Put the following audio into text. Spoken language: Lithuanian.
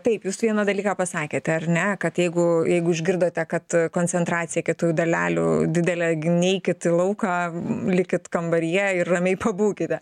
taip jūs vieną dalyką pasakėte ar ne kad jeigu jeigu išgirdote kad koncentracija kietųjų dalelių didelė gi neikit į lauką likit kambaryje ir ramiai pabūkite